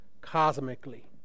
cosmically